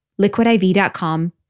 liquidiv.com